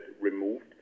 removed